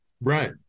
right